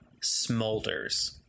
smolders